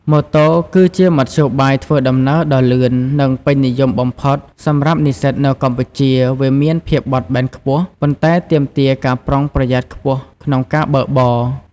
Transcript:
ម៉ូតូគឺជាមធ្យោបាយធ្វើដំណើរដ៏លឿន និងពេញនិយមបំផុតសម្រាប់និស្សិតនៅកម្ពុជា វាមានភាពបត់បែនខ្ពស់ ប៉ុន្តែទាមទារការប្រុងប្រយ័ត្នខ្ពស់ក្នុងការបើកបរ។